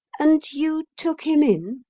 and you took him in?